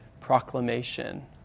proclamation